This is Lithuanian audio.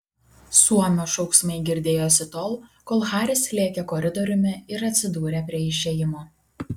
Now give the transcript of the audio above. suomio šauksmai girdėjosi tol kol haris lėkė koridoriumi ir atsidūrė prie išėjimo